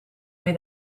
ohi